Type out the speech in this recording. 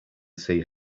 see